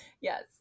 Yes